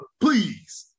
please